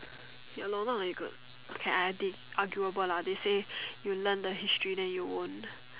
ya lor not very good okay I I think arguable lah they say you learn the history then you won't